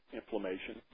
inflammation